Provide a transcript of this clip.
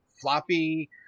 floppy